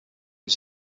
his